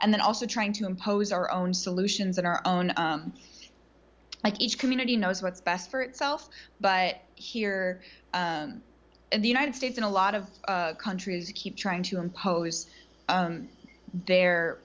and then also trying to impose our own solutions on our own like each community knows what's best for itself but here in the united states in a lot of countries you keep trying to impose their